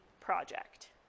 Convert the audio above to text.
project